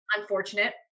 Unfortunate